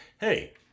Hey